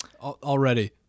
Already